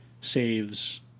saves